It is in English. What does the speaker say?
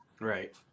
Right